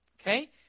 Okay